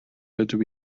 ydw